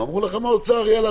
אמרו להם מהאוצר: יאללה,